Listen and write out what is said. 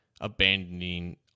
abandoning